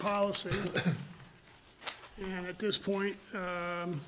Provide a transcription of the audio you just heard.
policy at this point